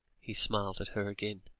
he smiled at her again.